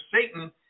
Satan